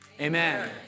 Amen